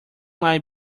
line